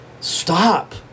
stop